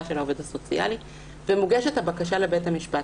של העובד הסוציאלי ומוגשת הבקשה לבית המשפט.